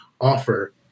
offer